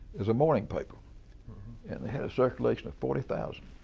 was a morning paper and it had a circulation of forty thousand